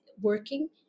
working